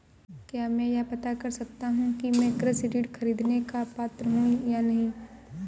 क्या मैं यह पता कर सकता हूँ कि मैं कृषि ऋण ख़रीदने का पात्र हूँ या नहीं?